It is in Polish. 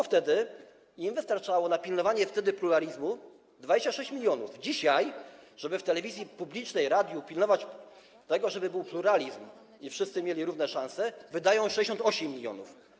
Wtedy wystarczało im na pilnowanie pluralizmu 26 mln, dzisiaj, żeby w telewizji publicznej, radiu pilnować tego, żeby był pluralizm i wszyscy mieli równe szanse, wydają 68 mln.